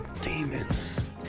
Demons